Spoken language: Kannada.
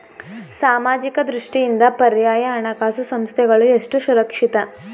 ಸಾಮಾಜಿಕ ದೃಷ್ಟಿಯಿಂದ ಪರ್ಯಾಯ ಹಣಕಾಸು ಸಂಸ್ಥೆಗಳು ಎಷ್ಟು ಸುರಕ್ಷಿತ?